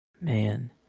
Man